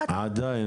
עדיין,